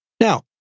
Now